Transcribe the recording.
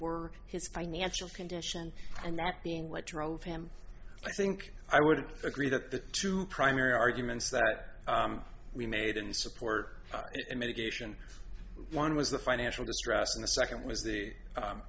were his financial condition and that being what drove him i think i would agree that the two primary arguments that we made in support of the medication one was the financial distress and the second was the